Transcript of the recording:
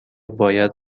باید